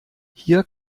hier